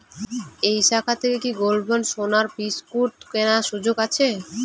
এই শাখা থেকে কি গোল্ডবন্ড বা সোনার বিসকুট কেনার সুযোগ আছে?